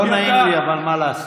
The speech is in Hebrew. תעלה ותשיב לו.